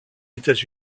états